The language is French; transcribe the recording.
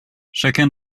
chacun